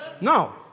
No